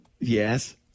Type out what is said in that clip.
Yes